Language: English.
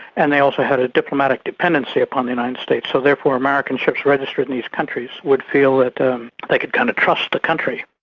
and they also had a diplomatic dependency upon the united states, so therefore american ships registered in these countries would feel that they could kind of trust the country.